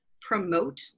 promote